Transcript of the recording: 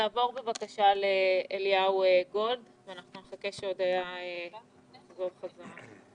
תעבור בבקשה לאליהו גולד ואנחנו נחכה שהודיה תחזור חזרה.